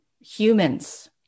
humans